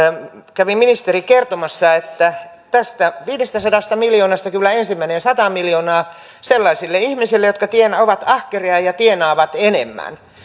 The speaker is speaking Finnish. kävi ministeri kertomassa että tästä viidestäsadasta miljoonasta kyllä ensin menee sata miljoonaa sellaisille ihmisille jotka ovat ahkeria ja ja tienaavat enemmän